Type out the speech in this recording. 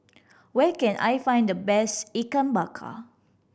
where can I find the best Ikan Bakar